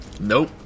Nope